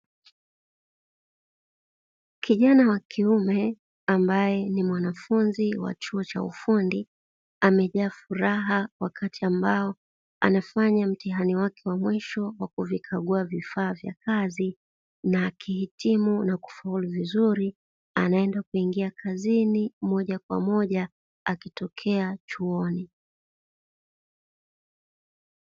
Kijana wa kiume ambaye ni mwanafunzi wa chuo cha ufundi, amejaa furaha wakati ambao anafanya mtihani wake wa mwisho kwa kuvikagua vifaa vya kazi, na akihitimu na kufaulu vizuri anaenda kuingia kazini moja kwa moja akitokea chuoni.